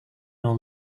nor